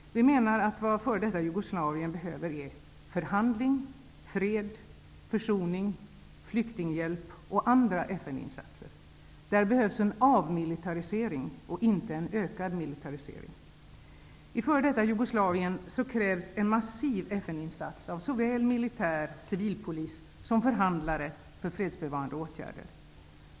Vi menar att vad f.d. Jugoslavien behöver är förhandling, fred, försoning, flyktinghjälp och andra FN-insatser. Det behövs en avmilitarisering och inte en ökad militarisering. I f.d. Jugoslavien krävs en massiv FN-insats av såväl militär som civilpolis och förhandlare för fredsbevarande åtgärder.